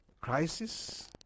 crisis